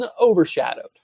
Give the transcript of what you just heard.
overshadowed